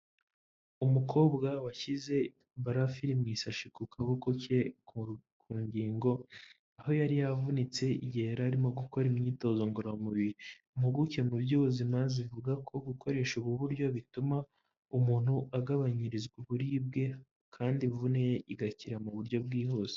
Umukobwa washyize barafu iri mu isashi ku kaboko ke ku ngingo aho yari yavunitse igihe yari arimo gukora imyitozo ngororamubiri, impuguke mu by'ubuzima zivuga ko gukoresha ubu buryo bituma umuntu agabanyirizwa uburibwe kandi imvune ye igakira mu buryo bwihuse.